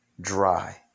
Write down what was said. dry